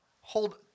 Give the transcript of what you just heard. Hold